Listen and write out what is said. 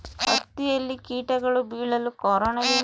ಹತ್ತಿಯಲ್ಲಿ ಕೇಟಗಳು ಬೇಳಲು ಕಾರಣವೇನು?